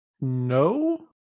No